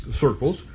circles